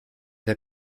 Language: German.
der